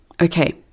Okay